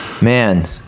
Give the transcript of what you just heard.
Man